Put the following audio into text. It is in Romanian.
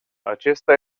acesta